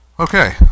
Okay